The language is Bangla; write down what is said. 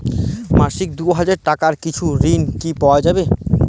মাসিক দুই হাজার টাকার কিছু ঋণ কি পাওয়া যাবে?